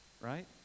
right